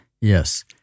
Yes